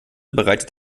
bereitet